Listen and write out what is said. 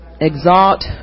exalt